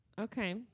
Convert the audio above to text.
Okay